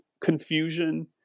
confusion